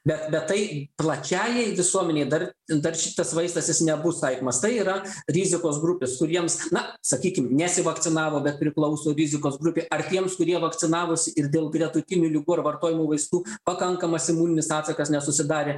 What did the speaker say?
bet tai plačiajai visuomenei dar dar šitas vaistas jis nebus taikomas tai yra rizikos grupės kuriems na sakykim nesi vakcinavo bet priklauso rizikos grupei ar tiems kurie vakcinavosi ir dėl gretutinių ligų ar vartojamų vaistų pakankamas imuninis atsakas nesusidarė